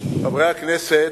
חברי הכנסת,